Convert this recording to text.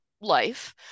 life